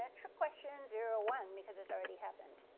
ah trick question zero one because it already happened.